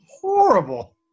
horrible